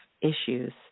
issues